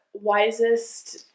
Wisest